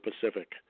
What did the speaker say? Pacific